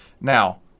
Now